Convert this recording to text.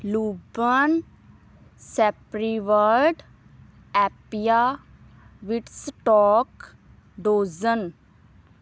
ਲੂਬਨ ਸੈਪਰੀਵਰਟ ਐਪੀਆ ਵਿਟਸ ਟੋਕ ਡੋਜ਼ਨ